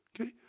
okay